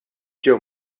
ġew